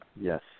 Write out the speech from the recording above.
Yes